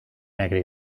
negra